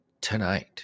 tonight